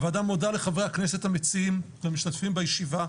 הוועדה מודה לחברי הכנסת המציעים והמשתתפים בישיבה.